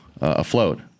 afloat